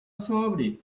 sobre